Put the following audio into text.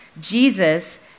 Jesus